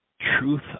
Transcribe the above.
truth